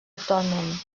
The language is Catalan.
actualment